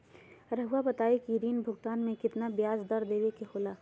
रहुआ बताइं कि ऋण भुगतान में कितना का ब्याज दर देवें के होला?